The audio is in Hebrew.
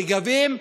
רגבים,